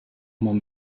man